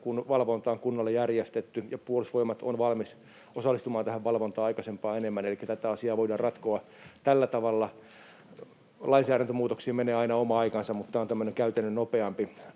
kun valvonta on kunnolla järjestetty. Puolustusvoimat on valmis osallistumaan tähän valvontaan aikaisempaa enemmän, elikkä tätä asiaa voidaan ratkoa tällä tavalla. Lainsäädäntömuutoksiin menee aina oma aikansa, mutta tämä on tämmöinen nopeampi